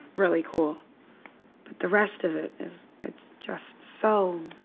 really cool. but the rest of it is it's just so.